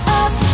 up